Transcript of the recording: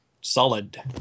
Solid